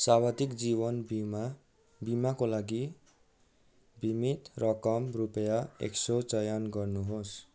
सावधिक जीवन बिमा बिमाको लागि बिमित रकम रुपियाँ एक सौ चयन गर्नुहोस्